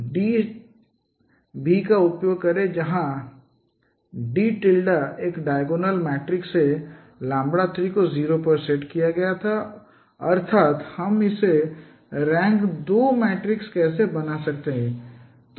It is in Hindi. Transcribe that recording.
तो UDV का उपयोग करें जहां D एक डायगोनल मैट्रिक्स है 3 को 0 पर सेट किया गया था अर्थात हम इसे रैंक 2 मैट्रिक्स कैसे बना सकते हैं